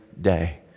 day